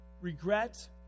regret